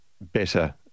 better